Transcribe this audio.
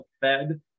fed